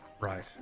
Right